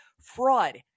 fraud